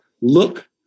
look